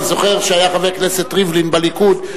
אני זוכר שהיה חבר כנסת ריבלין בליכוד,